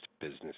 business